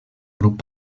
grup